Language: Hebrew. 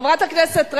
חברת הכנסת רגב,